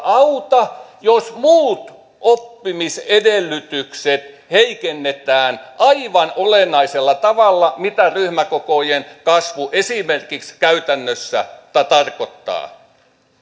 auta jos muut oppimis edellytykset heikennetään aivan olennaisella tavalla mitä ryhmäkokojen kasvu esimerkiksi käytännössä tarkoittaa